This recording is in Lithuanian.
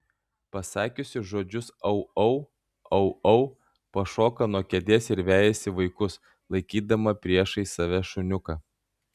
pasakiusi žodžius au au au au pašoka nuo kėdės ir vejasi vaikus laikydama priešais save šuniuką